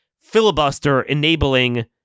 filibuster-enabling